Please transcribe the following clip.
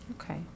Okay